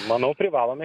manau privalome